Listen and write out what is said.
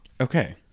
Okay